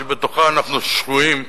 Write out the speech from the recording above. שבתוכה אנחנו שקועים,